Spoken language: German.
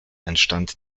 entstand